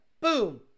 boom